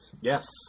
Yes